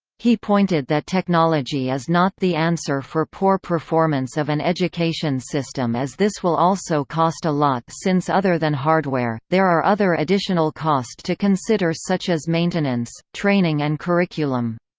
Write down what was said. he pointed that technology is not the answer for poor performance of an education system as this will also cost a lot since other than hardware, there are other additional cost to consider such as maintenance, training and curriculum.